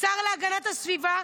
שר להגנת הסביבה,